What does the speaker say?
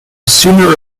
sooner